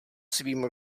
svým